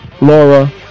laura